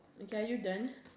okay are you done